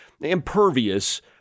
impervious